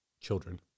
children